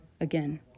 Again